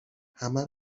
همه